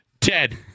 Ted